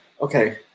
Okay